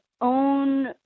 own